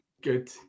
good